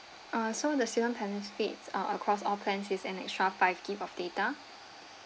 uh so the silver benefits uh across all plans is an extra five gigabytes of data